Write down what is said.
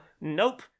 nope